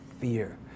fear